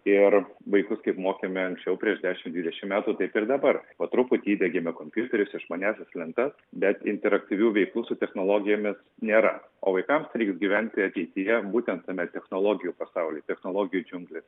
ir vaikus kaip mokėme anksčiau prieš dešimt dvidešimt metų taip ir dabar po truputį įdiegėme kompiuterius išmaniąsias lentas bet interaktyvių veiklų su technologijomis nėra o vaikams reiks gyventi ateityje būtent tame technologijų pasaulyje technologijų džiunglėse